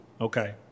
Okay